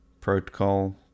protocol